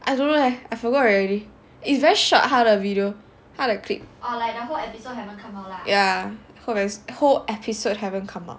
I don't know leh I forgot already it's very short 他的 video 他的 clip on ya whole episode haven't come out